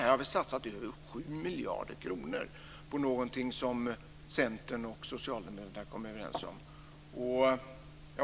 Här har vi satsat över 7 miljarder kronor på något som Centern och Socialdemokraterna kommit överens om.